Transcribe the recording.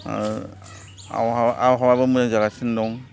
आर आबहावा आबहावायाबो मोजां जागासिनो दं